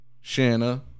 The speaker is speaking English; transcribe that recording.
Shanna